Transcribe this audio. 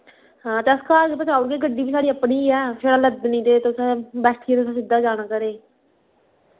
हां ते अस घर गै पजाऊड़गे गड्डी बी साढ़ी अपनी ऐ छड़ा लद्दनी ते तुसैं बैठियै ते तुस सिद्धा जाना घरे